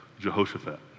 Jehoshaphat